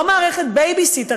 לא מערכת בייבי-סיטר,